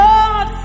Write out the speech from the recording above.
Lord